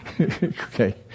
Okay